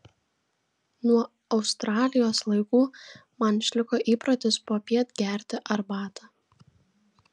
nuo australijos laikų man išliko įprotis popiet gerti arbatą